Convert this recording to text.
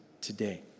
today